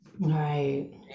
right